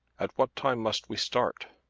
at what time must we start?